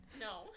No